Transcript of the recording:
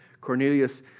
Cornelius